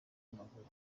maguru